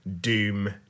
Doom